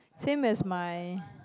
same as my